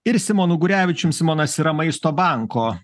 ir simonu gurevičium simonas yra maisto banko